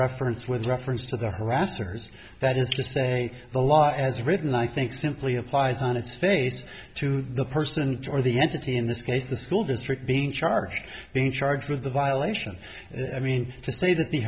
reference with reference to the harassers that is to say the law as written i think simply applies on its face to the person or the entity in this case the school district being charged being charged with a violation i mean t